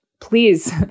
Please